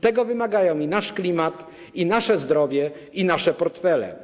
Tego wymagają i nasz klimat, i nasze zdrowie, i nasze portfele.